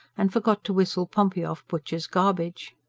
and forgot to whistle pompey off butcher's garbage.